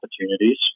opportunities